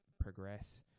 progress